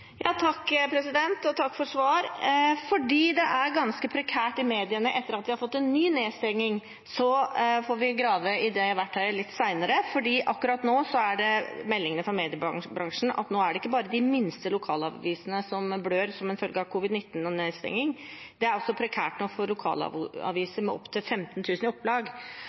Takk for svar. Fordi det er ganske prekært i mediene etter ny nedstenging, får vi grave i det verktøyet litt senere, for akkurat nå er meldingen fra mediebransjen at det ikke er bare de minste lokalavisene som blør som følge av covid-19 og nedstenging. Det er nå også prekært for lokalaviser med opptil 15 000 i opplag.